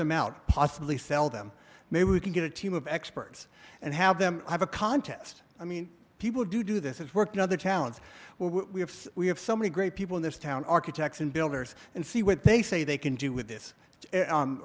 them out possibly sell them maybe we can get a team of experts and have them have a contest i mean people do do this work in other towns where we have we have so many great people in this town architects and builders and see what they say they can do with this